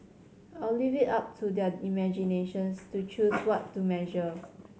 I'll leave it up to their imaginations to choose what to measure